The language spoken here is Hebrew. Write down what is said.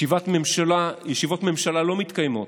ישיבות ממשלה לא מתקיימות,